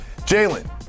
Jalen